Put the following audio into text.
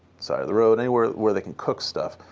side of the road, anywhere where they can cook stuff.